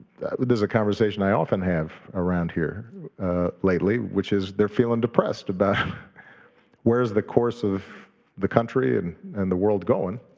is a conversation i often have around here lately, which is they're feeling depressed about where's the course of the country and and the world going.